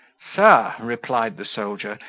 sir, replied the soldier,